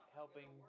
helping